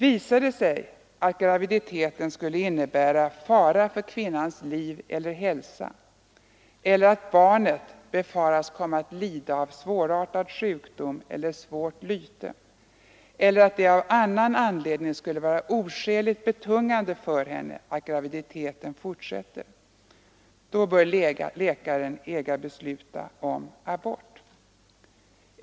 Visar det sig att graviditeten skulle innebära fara för kvinnans liv eller hälsa, att barnet befaras komma att lida av svårartad sjukdom eller svårt lyte eller att det av annan anledning skulle vara oskäligt betungande för henne att graviditeten fortsätter, bör läkaren äga besluta om abort.